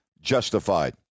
justified